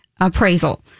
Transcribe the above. appraisal